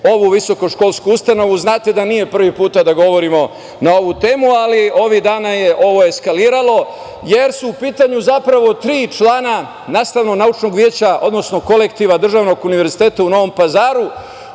ovu visokoškolsku ustanovu. Znate da nije prvi put da govorimo na ovu temu, ali ovih dana ovo je eskaliralo jer su u pitanju zapravo tri člana nastavno-naučnog veća, odnosno kolektiva Državnog univerziteta u Novom Pazaru,